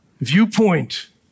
viewpoint